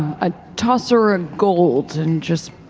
i toss her a gold and just.